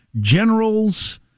Generals